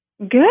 Good